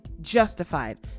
justified